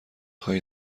خواهی